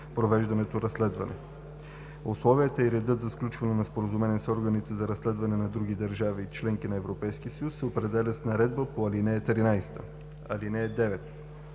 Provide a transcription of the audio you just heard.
Алинея 9